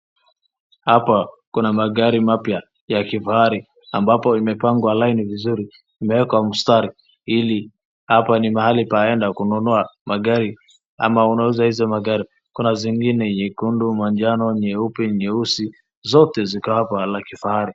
Hapa kuna magari mapya ya kifahari ambayo yamepangwa laini vizuri yamewekwa kwa msitari. Hapa ni mahali pa kuenda kuunua magari ama unauza hizo magari. Kuna zingine nyekundu, majano nyeupe nyeusi zote ziko hapa za kifahari.